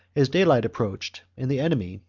as daylight approached and the enemy,